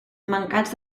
mancats